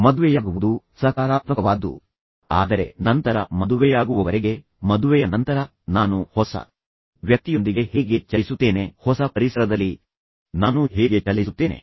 ಮದುವೆಯಾಗುವುದು ಸಕಾರಾತ್ಮಕವಾದದ್ದು ಆದರೆ ನಂತರ ಮದುವೆಯಾಗುವವರೆಗೆ ಮದುವೆಯ ನಂತರ ನಾನು ಹೊಸ ವ್ಯಕ್ತಿಯೊಂದಿಗೆ ಹೇಗೆ ಚಲಿಸುತ್ತೇನೆ ಹೊಸ ಪರಿಸರದಲ್ಲಿ ನಾನು ಹೇಗೆ ಚಲಿಸುತ್ತೇನೆ